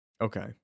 Okay